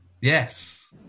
Yes